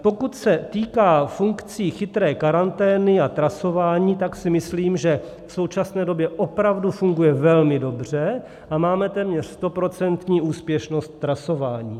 Pokud se týká funkcí chytré karantény a trasování, tak si myslím, že v současné době opravdu funguje velmi dobře a máme téměř stoprocentní úspěšnost trasování.